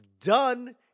done